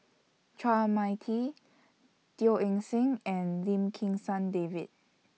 Chua Mia Tee Teo Eng Seng and Lim Kim San David